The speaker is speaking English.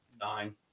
nine